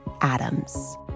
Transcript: Adams